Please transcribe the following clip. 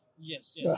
Yes